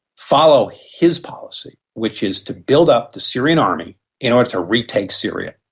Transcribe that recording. follow his policy which is to build up the syrian army in order to retake syria,